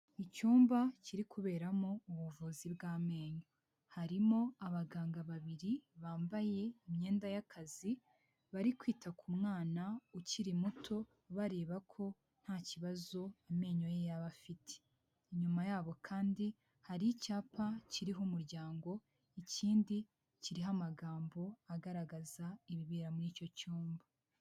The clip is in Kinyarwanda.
Icyumba kiri kuberamo ubuvuzi bw'amenyo harimo abaganga babiri bambaye imyenda y'akazi bari kwita ku mwana ukiri muto bareba ko nta kibazo amenyo ye yaba afite inyuma yabo kandi hari icyapa kiriho umuryango ikindi kiriho amagambo agaragaza ibibera muri icyo cyumba.